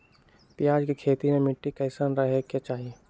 प्याज के खेती मे मिट्टी कैसन रहे के चाही?